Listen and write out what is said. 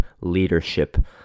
leadership